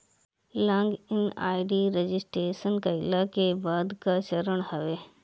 log in ID registration कईला के बाद कअ चरण हवे